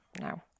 No